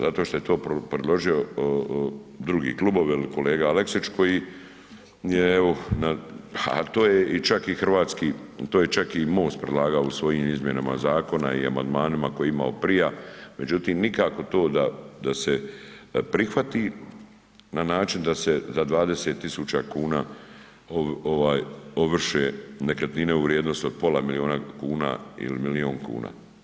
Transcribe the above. Zato što je to predložio drugi klubovi ili kolega Aleksić, koji je evo, ali to je i čak i hrvatski, to je MOST predlagao u svojim izmjenama zakona i amandmanima koje je imao prije, međutim nikako to da se prihvati, na način da se za 20.000 kuna ovaj ovrše nekretnine u vrijednosti od pola miliona kuna ili milion kuna.